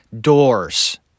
doors